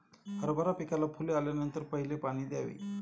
हरभरा पिकाला फुले आल्यानंतर पहिले पाणी द्यावे